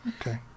Okay